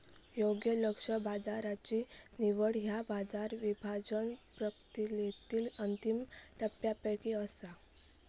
योग्य लक्ष्य बाजाराची निवड ह्या बाजार विभाजन प्रक्रियेतली अंतिम टप्प्यांपैकी एक असा